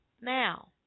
Now